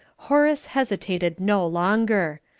horace hesitated no longer.